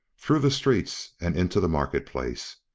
through the streets and into the market-place.